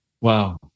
Wow